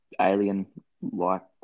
alien-like